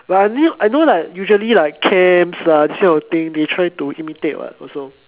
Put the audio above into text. but I knew I know like usually like camps lah these kind of thing they try to imitate what also